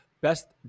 best